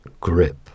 grip